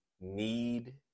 need